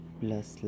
plus